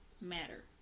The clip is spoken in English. matter